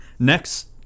next